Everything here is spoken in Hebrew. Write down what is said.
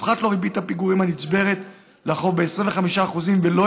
תופחת ריבית הפיגורים הנצברת לחוב שלו ב-25% ולא